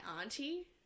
auntie